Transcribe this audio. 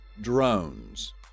drones